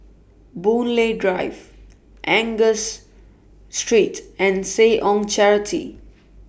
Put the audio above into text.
Boon Lay Drive Angus Street and Seh Ong Charity